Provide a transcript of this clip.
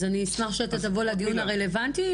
אז אני אשמח שתבוא לדיון הרלוונטי.